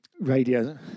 Radio